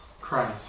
Christ